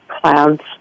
clouds